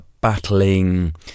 battling